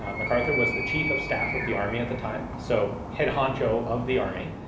ah macarthur was the chief of staff of the army at the time, so head honcho of the army,